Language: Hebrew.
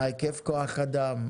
מה היקף כוח אדם.